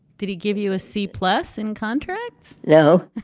did he give you a c plus in contract? no